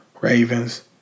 Ravens